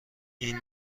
این